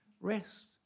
rest